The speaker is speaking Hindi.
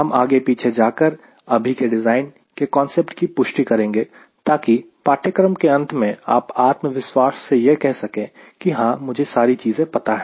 हम आगे पीछे जाकर अभी के डिज़ाइन के कांसेप्ट की पुष्टि करेंगे ताकि पाठ्यक्रम के अंत में आप आत्मविश्वास से यह कह सके कि हां मुझे यह सारी चीजें पता है